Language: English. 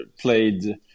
played